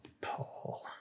Paul